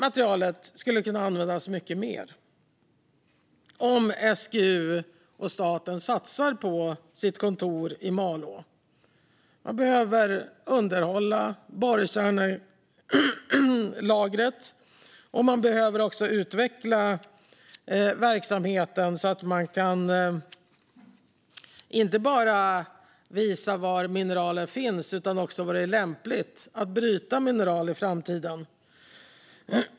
Materialet skulle kunna användas mycket mer om SGU och staten satsar på kontoret i Malå. Man behöver underhålla borrkärnelagret, och man behöver också utveckla verksamheten så att man inte bara kan visa var det finns mineral utan också var det är lämpligt att bryta mineral i framtiden.